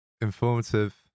informative